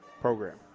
program